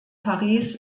paris